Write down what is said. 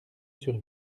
sur